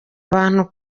abantu